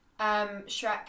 shrek